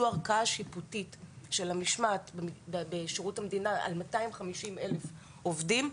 שהוא ערכאה שיפוטית של המשמעת בשירות המדינה על 250.000 עובדים,